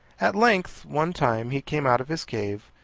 at length, one time he came out of his cave,